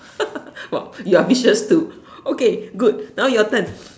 !wah! you are vicious too okay good now your turn